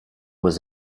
was